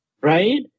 right